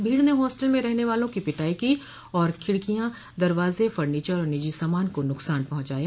भीड़ ने हॉस्टल में रहने वालों की पिटाई की और खिड़कियां दरवाजे फर्नीचर और निजो सामान को नुकसान पहुंचाया